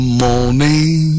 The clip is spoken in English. morning